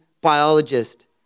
biologist